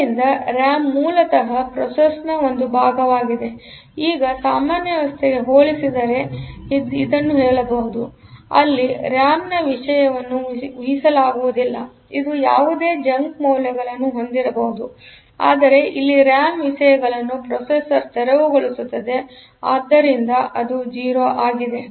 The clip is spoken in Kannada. ಆದ್ದರಿಂದ ರ್ಯಾಮ್ ಮೂಲತಃ ಪ್ರೊಸೆಸರ್ನ ಒಂದು ಭಾಗವಾಗಿದೆ ಈಗ ನಾವು ಸಾಮಾನ್ಯ ವ್ಯವಸ್ಥೆಗೆ ಹೋಲಿಸಿದರೆ ಹೇಳಬಹುದು ಅಲ್ಲಿ ರ್ಯಾಮ್ ನ ವಿಷಯವನ್ನು ಉಹಿಸಲಾಗುವುದಿಲ್ಲಇದು ಯಾವುದೇ ಜಂಕ್ ಮೌಲ್ಯಗಳನ್ನು ಹೊಂದಿರಬಹುದು ಆದರೆ ಇಲ್ಲಿ ರ್ಯಾಮ್ ವಿಷಯಗಳನ್ನು ಪ್ರೊಸೆಸರ್ ತೆರವುಗೊಳಿಸುತ್ತದೆಆದ್ದರಿಂದ ಇದು 0 ಆಗಿದೆ